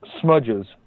smudges